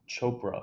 Chopra